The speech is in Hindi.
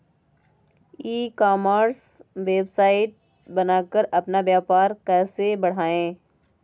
ई कॉमर्स वेबसाइट बनाकर अपना व्यापार कैसे बढ़ाएँ?